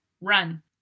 run